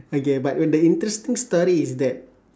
okay but when the interesting story is that